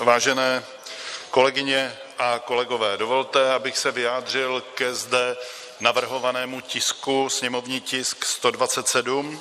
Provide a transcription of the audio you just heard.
Vážené kolegyně a kolegové, dovolte, abych se vyjádřil ke zde navrhovanému tisku, sněmovní tisk 127.